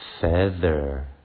feather